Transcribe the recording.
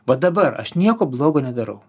va dabar aš nieko blogo nedarau